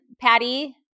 Patty